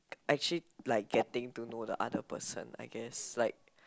actually like getting to know the other person I guess like